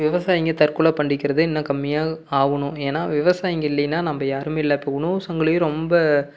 விவசாயிக தற்கொலைப் பண்ணிக்கிறது இன்னும் கம்மியாக ஆகணும் ஏன்னா விவசாயிக இல்லைன்னா நம்ம யாருமே இல்லை இப்போ உணவு சங்கிலி ரொம்ப